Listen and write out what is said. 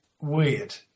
weird